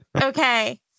Okay